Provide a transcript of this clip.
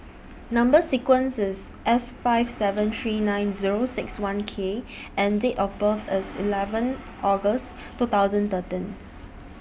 Number sequence IS S five seven three nine Zero six one K and Date of birth IS eleven August two thousand